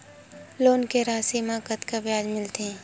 Loan के राशि मा कतका ब्याज मिलथे?